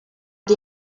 die